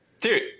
Dude